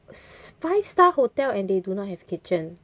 five star hotel and they do not have kitchen